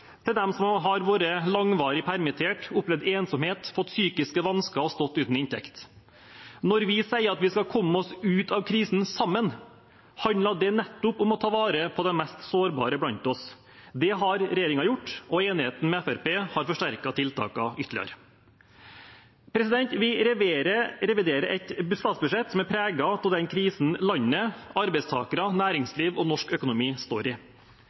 til dem som har vært langvarig permittert, opplevd ensomhet, fått psykiske vansker og stått uten inntekt. Når vi sier at vi skal komme oss ut av krisen sammen, handler det nettopp om å ta vare på de mest sårbare blant oss. Det har regjeringen gjort, og enigheten med Fremskrittspartiet har forsterket tiltakene ytterligere. Vi reviderer et statsbudsjett som er preget av den krisen landet, arbeidstakere, næringsliv og norsk økonomi står i.